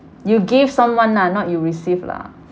you give someone lah not you receive lah